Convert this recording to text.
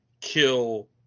kill